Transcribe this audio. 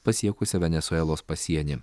pasiekusia venesuelos pasienį